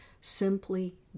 simply